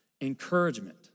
encouragement